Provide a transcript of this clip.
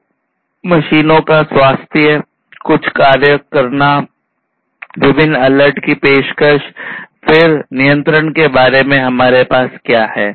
तो मशीनों का स्वास्थ्य कुछ कार्यों करना विभिन्न अलर्ट की पेशकश फिर नियंत्रण के लिए हमारे पास क्या है